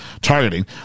targeting